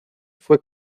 fue